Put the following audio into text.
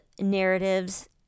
narratives